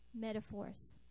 metaphors